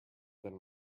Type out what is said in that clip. than